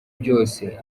byose